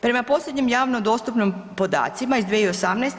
Prema posljednjim javno dostupnim podacima iz 2018.